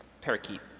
parakeet